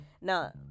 Now